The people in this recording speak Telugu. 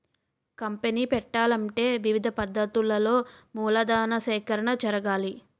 కంపనీ పెట్టాలంటే వివిధ పద్ధతులలో మూలధన సేకరణ జరగాలి